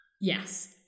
Yes